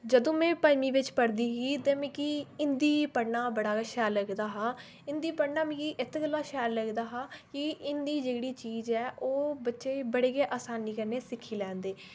जदूं में पंजमी बिच्च पढदी ही ते मिगी हिंदी पढ़ना बड़ा गै शैल लगदा हा हिंदी पढ़ना मिगी इत गल्ला शैल लगदा हा कि हिंदी जेहड़ी चीज ऐ ओह् बच्चे बड़े गै आसानी कन्नै सिक्खी लैंदे